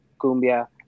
cumbia